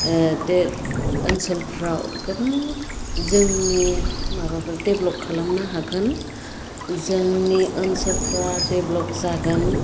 ओ ओनसोलफ्राव गोबां जोंनि माबाफोर डेभलप खालामनो हागोन जोंनि ओनसोलफ्रा डेभलप जागोन